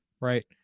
Right